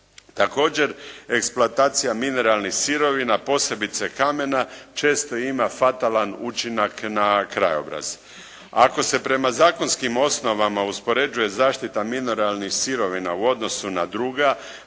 Također, eksploatacija mineralnih sirovina a posebice kamena često ima fatalan učinak na krajobraz. Ako se prema zakonskim osnovama uspoređuje zaštita mineralnih sirovina u odnosu na druga